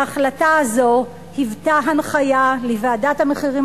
ההחלטה הזאת היוותה הנחיה לוועדת המחירים